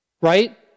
Right